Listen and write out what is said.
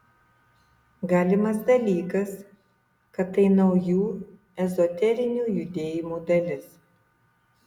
galimas dalykas kad tai naujų ezoterinių judėjimų dalis